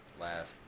laugh